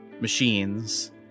machines